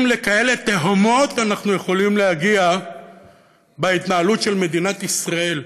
אם לכאלה תהומות אנחנו יכולים להגיע בהתנהלות של מדינת ישראל,